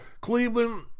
Cleveland